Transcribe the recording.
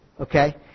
Okay